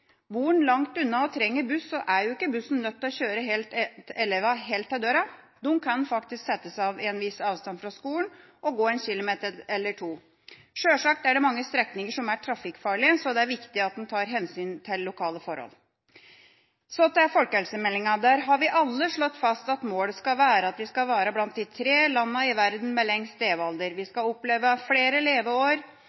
man langt unna og trenger buss, er ikke bussen nødt til å kjøre elevene helt til døra. De kan settes av i en viss avstand fra skolen og gå en kilometer eller to. Sjølsagt er det mange strekninger som er trafikkfarlige, så det er viktig at man tar hensyn til lokale forhold. Så til folkehelsemeldinga. Der har vi alle slått fast at målet skal være at vi skal være blant de tre landene i verden med lengst